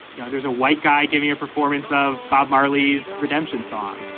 you know, there's a white guy giving a performance of bob marley's redemption song.